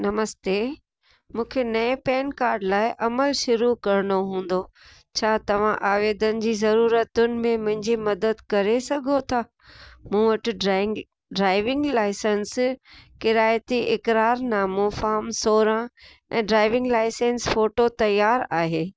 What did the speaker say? नमस्ते मूंखे नएं PAN card लाइ अमल शुरू करिणो हूंदो छा तव्हां आवेदन जी ज़रूरतुनि में मुंहिंजी मदद करे सघो था मूं वटि ड्राईंग ड्राइविंग लाइसंस किराए ते इकरारनामो फ़ार्म सोरहं ऐं ड्राइविंग लाइसंस फ़ोटो तयारु आहे